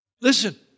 Listen